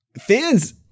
fans